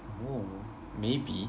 oh maybe